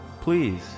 Please